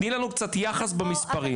תני לנו קצת יחס במספרים.